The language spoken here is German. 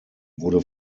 wurde